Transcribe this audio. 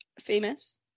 famous